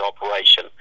operation